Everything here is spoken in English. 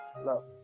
love